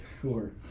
Sure